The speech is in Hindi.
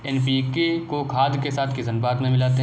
एन.पी.के को खाद के साथ किस अनुपात में मिलाते हैं?